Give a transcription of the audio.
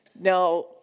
Now